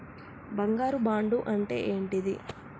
బంగారు బాండు అంటే ఏంటిది?